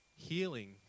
Healing